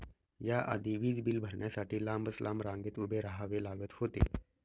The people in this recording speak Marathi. या आधी वीज बिल भरण्यासाठी लांबच लांब रांगेत उभे राहावे लागत होते